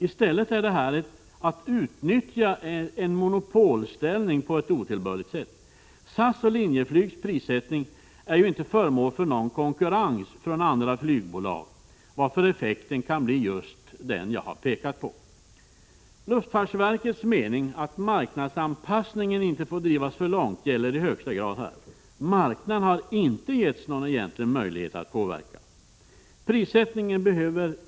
I stället är det fråga om att man utnyttjar sin monopolställning på ett otillbörligt sätt. SAS och Linjeflyg är ju inte föremål för någon konkurrens från andra flygbolag då det gäller prissättningen, varför effekten kan bli just den jag har pekat på. Luftfartsverkets mening att marknadsanpassningen inte får drivas för långt gäller i högsta grad här. Marknaden har inte getts någon egentlig möjlighet att påverka prissättningen.